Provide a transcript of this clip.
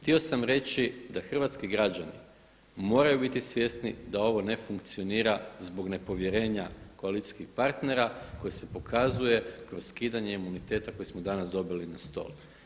Htio sam reći da hrvatski građani moraju biti svjesni da ovo ne funkcionira zbog nepovjerenja koalicijskih partnera koje se pokazuje kroz skidanje imuniteta koje smo danas dobili na stol.